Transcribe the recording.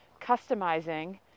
customizing